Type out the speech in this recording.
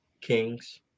kings